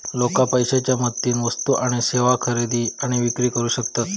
लोका पैशाच्या मदतीन वस्तू आणि सेवा खरेदी आणि विक्री करू शकतत